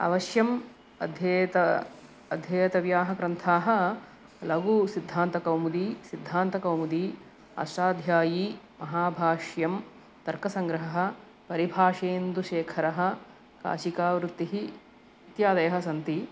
अवश्यम् अध्येतव्यः अध्येतव्याः ग्रन्थाः लघुसिद्धान्तकौमुदी सिद्धान्तकौमुदी अष्टाध्यायी महाभाष्यं तर्कसङ्ग्रहः परिभाषेन्दुशेखरः काशिकावृत्तिः इत्यादयः सन्ति